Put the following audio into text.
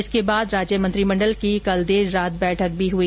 इसके बाद राज्य मंत्री मंडल की देर रात बैठक हुई